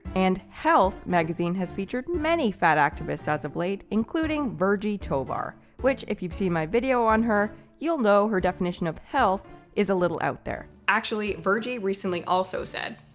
and health magazine has featured many fat activists as of late, including virgie tovar which, if you've seen my video on her, you'll know her definition of health is a little out there. actually, virgie recently also said,